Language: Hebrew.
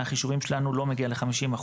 מהחישובים שלנו לא מגיע ל-50%.